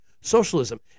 socialism